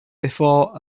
before